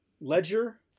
Ledger